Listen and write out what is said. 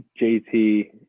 JT